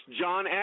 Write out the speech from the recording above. John